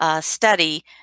study